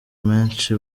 menshi